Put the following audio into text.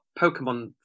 Pokemon